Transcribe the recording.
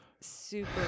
super